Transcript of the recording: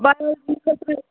خٲطرٕ